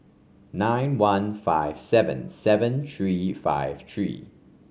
nine one five seven seven three five three